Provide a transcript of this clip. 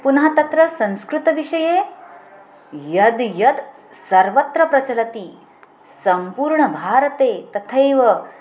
पुनः तत्र संस्कृतविषये यद् यद् सर्वत्र प्रचलति सम्पूर्णभारते तथैव